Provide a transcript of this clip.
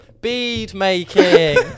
bead-making